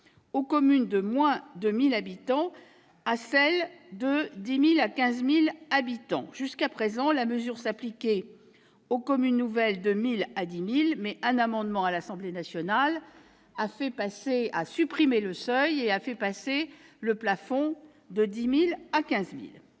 aux communes de moins de 1 000 habitants et à celles de 10 000 à 15 000 habitants. Jusqu'à présent, la mesure s'appliquait seulement aux communes nouvelles de 1 000 à 10 000 habitants ; un amendement adopté à l'Assemblée nationale a supprimé le seuil et a rehaussé le plafond de 10 000 à 15 000